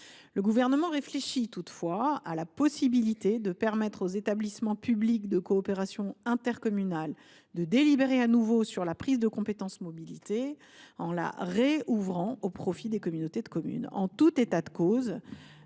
Le Gouvernement réfléchit toutefois à la possibilité de permettre aux établissements publics de coopération intercommunale de délibérer de nouveau sur la prise de la compétence « mobilité », en la rouvrant au profit des communautés de communes. En tout état de cause,